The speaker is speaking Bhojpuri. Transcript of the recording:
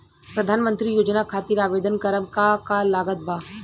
प्रधानमंत्री योजना खातिर आवेदन करम का का लागत बा?